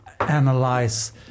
analyze